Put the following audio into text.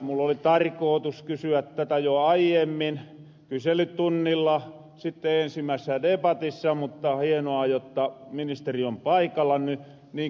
mul oli tarkootus kysyä tätä jo aiemmin kyselytunnilla sitten ensimmäisessä debatissa mutta hienoa jotta ministeri on paikalla niin kysynpähän nyt